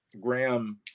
Graham